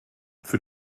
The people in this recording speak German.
für